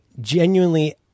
genuinely